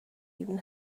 even